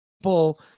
people